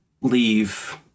leave